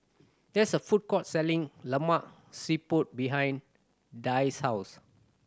there is a food court selling Lemak Siput behind Dicie house